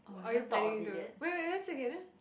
are you planning to wait wait where is it again